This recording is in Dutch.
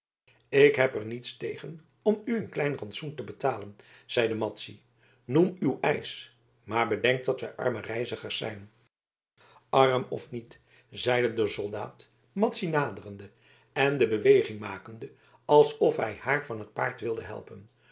ik heb er niets tegen om u een klein rantsoen te betalen zeide madzy noem uw eisch maar bedenk dat wij arme reizigers zijn arm of niet zeide de soldaat madzy naderende en de beweging makende alsof hij haar van het paard wilde helpen